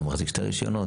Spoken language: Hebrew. הוא מחזיק שני רישיונות?